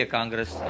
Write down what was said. Congress